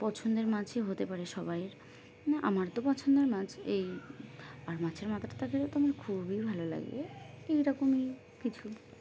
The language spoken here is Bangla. পছন্দের মাছই হতে পারে সবাইয়ের মানে আমার তো পছন্দের মাছ এই আর মাছের মাথাটা থাকলে তো আমার খুবই ভালো লাগে এইরকমই কিছু